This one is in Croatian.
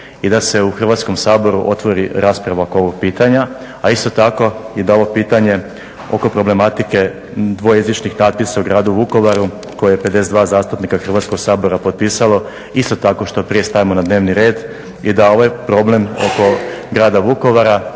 i da se u Hrvatskom saboru otvori rasprava oko ovog pitanja. A isto tako i da ovo pitanje oko problematike dvojezičnih natpisa u gradu Vukovaru koje je 52 zastupnika Hrvatskoga sabora potpisalo isto tako što prije stavimo na dnevni red i da ovaj problem oko grada Vukovara